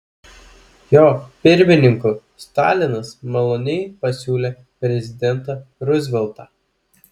jo pirmininku stalinas maloniai pasiūlė prezidentą ruzveltą